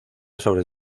sobre